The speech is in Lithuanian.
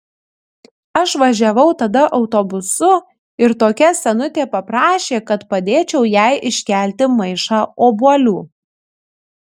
aš važiavau tada autobusu ir tokia senutė paprašė kad padėčiau jai iškelti maišą obuolių